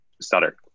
stutter